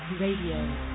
Radio